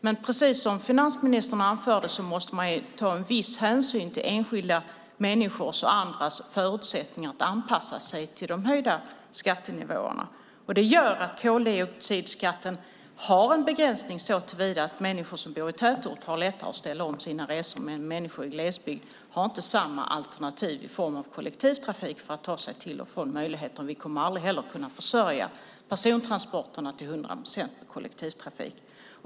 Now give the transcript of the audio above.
Men precis som finansministern anförde måste man ta viss hänsyn till enskilda människors och andras förutsättningar att anpassa sig till de höjda skattenivåerna. Det gör att koldioxidskatten har en begränsning såtillvida att människor som bor i tätort har lättare att ställa om sina resor. Människor i glesbygd har inte samma alternativ i form av kollektivtrafik för att ta sig till och från olika ställen. Vi kommer aldrig heller att kunna försörja persontransporterna till hundra procent med kollektivtrafik.